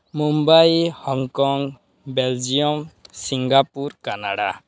Mumbai Hong Kong Belgium Singapore Canada